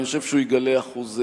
אני חושב שהוא יגלה אחוז מדהים.